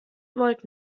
volt